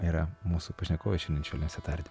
yra mūsų pašnekovas šiandien švelniuose tardymuose